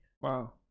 Wow